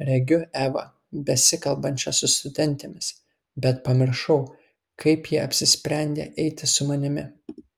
regiu evą besikalbančią su studentėmis bet pamiršau kaip ji apsisprendė eiti su manimi